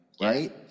Right